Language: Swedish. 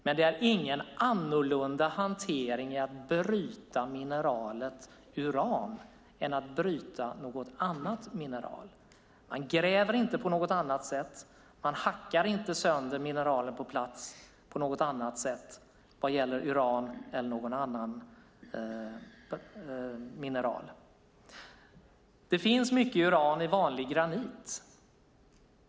Men det är ingen annorlunda hantering att bryta mineralet uran än att bryta något annat mineral. Man gräver inte på något annat sätt. Man hackar inte sönder mineralet på plats på något annat sätt när det gäller uran än något annat mineral. Det finns mycket uran i vanlig granit.